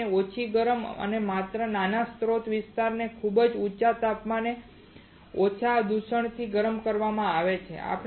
વેફરને ઓછી ગરમી માત્ર નાના સ્ત્રોત વિસ્તારને ખૂબ જ ઊંચા તાપમાને અને ઓછા દૂષણથી ગરમ કરવામાં આવે છે